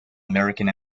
american